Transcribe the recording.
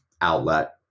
outlet